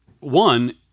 One